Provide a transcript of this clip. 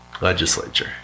legislature